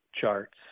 charts